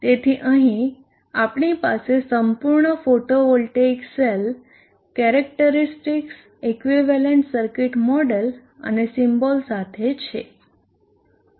તેથી અહીં આપણી પાસે સંપૂર્ણ photovoltaic cell characteristics equivalent circuit model અને સિમ્બોલ સાથે છે